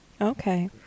Okay